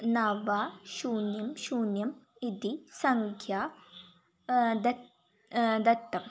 नव शून्यं शून्यम् इति सङ्ख्या दत् दत्तम्